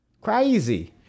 Crazy